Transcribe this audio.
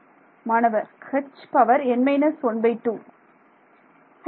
மாணவர் Hn−12